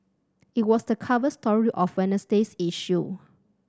it was the cover story of Wednesday's issue